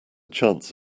chance